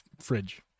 fridge